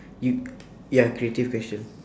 you ya creative question